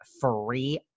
free